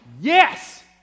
yes